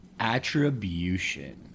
attribution